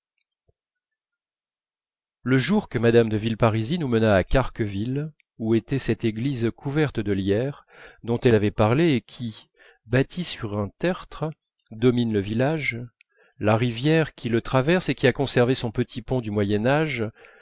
le jour que mme de villeparisis nous mena à carqueville où était cette église couverte de lierre dont elle avait parlé et qui bâtie sur un tertre domine le village la rivière qui le traverse et qui a conservé son petit pont du